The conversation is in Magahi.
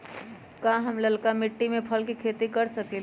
का हम लालका मिट्टी में फल के खेती कर सकेली?